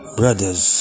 brothers